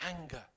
anger